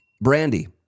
Brandy